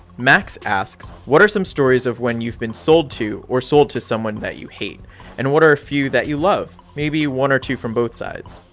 max asks, what are some stories of when you've been sold to or sold to someone that you hate and what are a few that you love? maybe one or two from both sides.